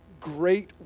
great